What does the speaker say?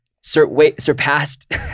surpassed